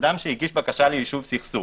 אדם שהגיש בקשה ליישוב סכסוך,